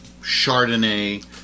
Chardonnay